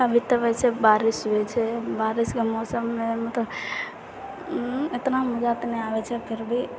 अभी तऽ वैसे बारिश हुए छै बारिशके मौसममे मतलब इतना मजा तऽ नहि आबै छै फिर भी